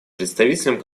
представителям